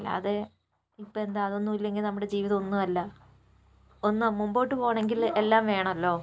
അല്ലാതെ ഇപ്പോഴെന്താ അതൊന്നും ഇല്ലെങ്കിൽ നമ്മുടെ ജീവിതം ഒന്നുമല്ല ഒന്ന് മുമ്പോട്ട് പോകണമെങ്കിൽ എല്ലാം വേണമല്ലോ